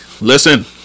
listen